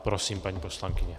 Prosím, paní poslankyně.